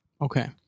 Okay